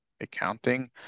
accounting